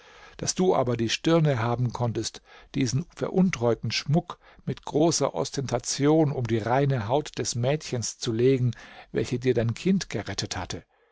daß du aber die stirne haben konntest diesen veruntreuten schmuck mit großer ostentation um die reine hand des mädchens zu legen welches dir dein kind gerettet hatte